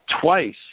Twice